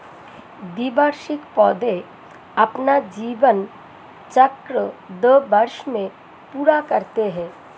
द्विवार्षिक पौधे अपना जीवन चक्र दो वर्ष में पूरा करते है